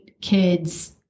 kids